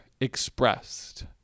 expressed